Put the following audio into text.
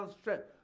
strength